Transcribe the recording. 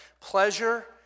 Pleasure